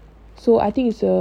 so I think it's a